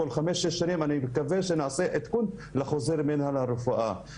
אני מקווה שכל חמש-שש שנים נעשה עדכון לחוזר מנהל הרפואה.